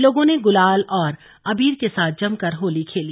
लोगों ने गुलाल और अबीर के साथ जमकर होली खेली